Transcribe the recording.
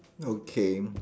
okay